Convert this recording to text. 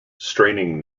straining